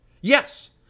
Yes